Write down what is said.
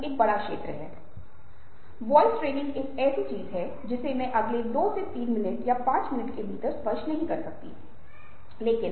अब जाहिर है वे बहुत निकटता से जुड़े हुए हैं और बहस करने योग्य विभेदित हो भी सकते हैं और नहीं भी